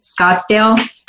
Scottsdale